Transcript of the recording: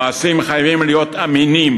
המעשים חייבים להיות אמינים,